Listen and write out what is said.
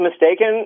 mistaken